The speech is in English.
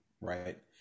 right